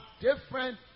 different